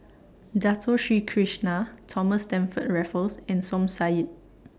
Dato Sri Krishna Thomas Stamford Raffles and Som Said